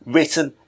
Written